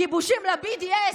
גיבושים ל-BDS,